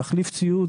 להחליף ציוד,